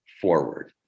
forward